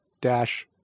dash